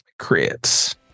Crits